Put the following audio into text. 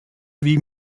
wie